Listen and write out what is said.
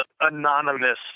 anonymous